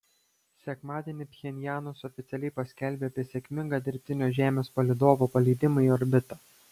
sekmadienį pchenjanas oficialiai paskelbė apie sėkmingą dirbtinio žemės palydovo paleidimą į orbitą